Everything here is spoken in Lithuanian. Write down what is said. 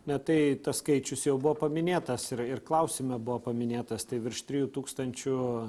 ne tai tas skaičius jau buvo paminėtas ir ir klausime buvo paminėtas tai virš trijų tūkstančių